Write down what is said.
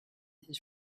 his